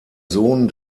sohn